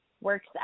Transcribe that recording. works